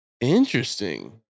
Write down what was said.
Interesting